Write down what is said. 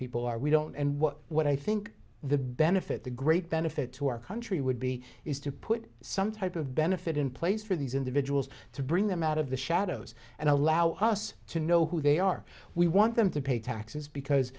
people are we don't and what what i think the benefit the great benefit to our country would be is to put some type of benefit in place for these individuals to bring them out of the shadows and allow us to know who they are we want them to pay taxes because